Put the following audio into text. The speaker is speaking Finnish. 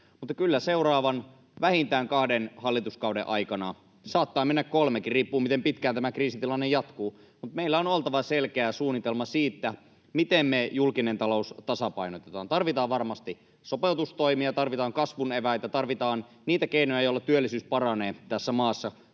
mutta kyllä seuraavan, vähintään kahden hallituskauden aikana, saattaa mennä kolmekin, riippuu, miten pitkään tämä kriisitilanne jatkuu, meillä on oltava selkeä suunnitelma siitä, miten julkinen talous tasapainotetaan. Tarvitaan varmasti sopeutustoimia, tarvitaan kasvun eväitä, tarvitaan niitä keinoja, joilla työllisyys paranee tässä maassa,